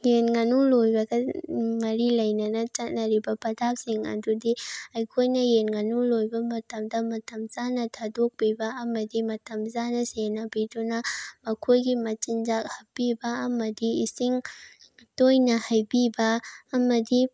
ꯌꯦꯟ ꯉꯥꯅꯨ ꯂꯣꯏꯕꯒ ꯃꯔꯤ ꯂꯩꯅꯅ ꯆꯠꯅꯔꯤꯕ ꯄꯊꯥꯞꯁꯤꯡ ꯑꯗꯨꯗꯤ ꯑꯩꯈꯣꯏꯅ ꯌꯦꯟ ꯉꯥꯅꯨ ꯂꯣꯏꯕ ꯃꯇꯝꯗ ꯃꯇꯝ ꯆꯥꯅ ꯊꯥꯗꯣꯛꯄꯤꯕ ꯑꯃꯗꯤ ꯃꯇꯝ ꯆꯥꯅ ꯁꯦꯟꯅꯕꯤꯗꯨꯅ ꯃꯈꯣꯏꯒꯤ ꯃꯆꯤꯟꯖꯥꯛ ꯍꯥꯞꯄꯤꯕ ꯑꯃꯗꯤ ꯏꯁꯤꯡ ꯇꯣꯏꯅ ꯍꯩꯕꯤꯕ ꯑꯃꯗꯤ